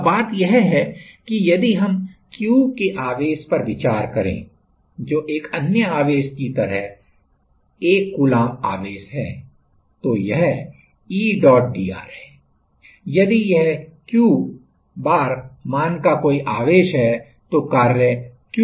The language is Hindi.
अब बात यह है कि यदि हम Q के आवेश पर विचार करें जो एक अन्य आवेश की तरह यह 1 कूलम्ब आवेश है तो यह Edr है यदि यह Q' मान का कोई आवेश है तो कार्य Q' Edr होगा